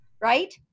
right